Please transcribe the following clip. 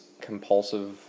compulsive